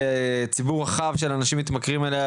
ציבור רחב של אנשים מתמכרים אליה,